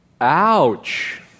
Ouch